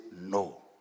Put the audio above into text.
no